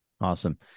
Awesome